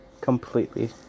completely